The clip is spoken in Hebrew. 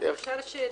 אפשר שאלה?